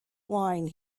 wine